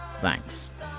Thanks